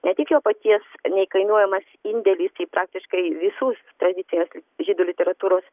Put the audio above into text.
ne tik jo paties neįkainojamas indėlis į praktiškai visus tradicinės žydų literatūros